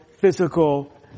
physical